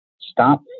stop